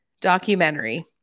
documentary